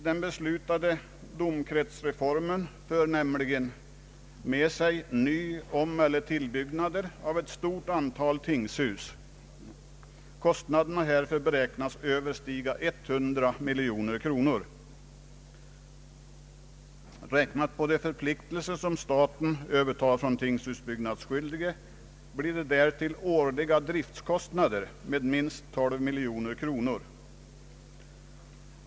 Den beslutade domkretsreformen för nämligen med sig ny-, omeller tillbyggnader av ett stort antal tingshus. Kostnaderna härför beräknas överstiga 100 miljoner kronor. På grund av de förpliktelser som staten övertar från tingshusbyggnadsskyldige blir det därtill årliga driftkostnader med minst 12 miljoner kronor.